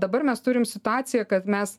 dabar mes turim situaciją kad mes